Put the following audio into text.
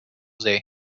jose